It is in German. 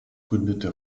gründete